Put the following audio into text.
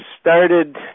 started